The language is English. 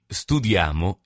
studiamo